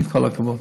עם כל הכבוד,